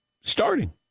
Starting